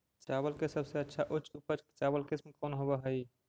चावल के सबसे अच्छा उच्च उपज चावल किस्म कौन होव हई?